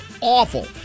awful